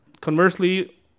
Conversely